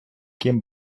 ким